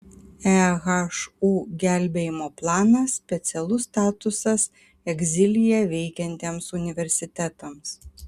ehu gelbėjimo planas specialus statusas egzilyje veikiantiems universitetams